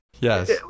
Yes